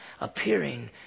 appearing